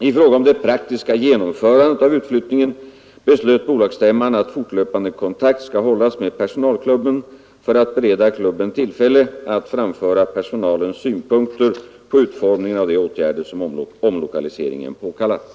I fråga om det praktiska genomförandet av utflyttningen beslöt bolagsstämman att fortlöpande kontakt skall hållas med personalklubben för att bereda klubben tillfälle att framföra personalens synpunkter på utformningen av de åtgärder som omlokaliseringen påkallar.